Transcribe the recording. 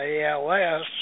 ALS